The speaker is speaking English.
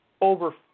over